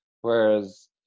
whereas